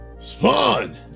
Spawn